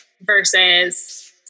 versus